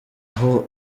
aho